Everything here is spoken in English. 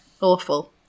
Awful